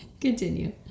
Continue